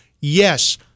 yes